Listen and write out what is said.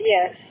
Yes